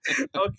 Okay